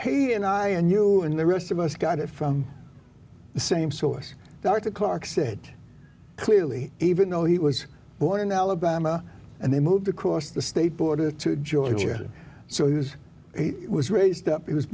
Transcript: and you and the rest of us got it from the same source dr clark said clearly even though he was born in alabama and then moved across the state border to georgia so he was he was raised up he was